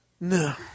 No